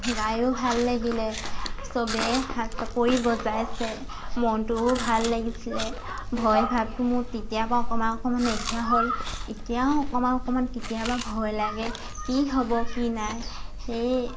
গায়ো ভাল লাগিলে চবেই হাত চাপৰি বজাইছে মনটোও ভাল লাগিছিলে ভয়ভাৱটো মোৰ তেতিয়া পা অকণমান অকণমান নাইকিয়া হ'ল এতিয়াও অকণমান অকণমান কেতিয়াবা ভয় লাগে কি হ'ব কি নাই সেয়ে